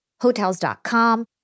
Hotels.com